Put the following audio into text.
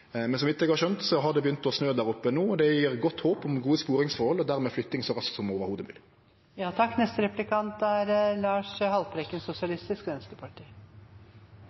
Men så vidt eg har skjønt, har det begynt å snø der oppe no, og det gjev godt håp om gode sporingsforhold og dermed flytting så raskt som det i det heile er